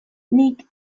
nik